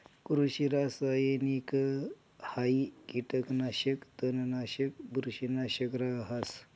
कृषि रासायनिकहाई कीटकनाशक, तणनाशक, बुरशीनाशक रहास